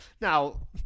Now